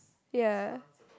ya